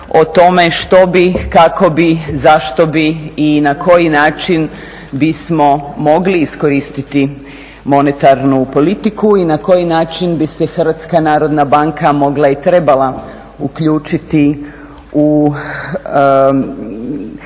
o tome što bi, kako bi, zašto bi i na koji način bismo mogli iskoristiti monetarnu politiku i na koji način bi se HNB mogla i trebala uključiti u tzv.